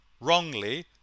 wrongly